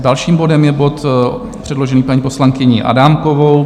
Dalším bodem je bod předložený paní poslankyní Adámkovou.